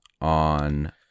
on